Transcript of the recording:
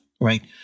right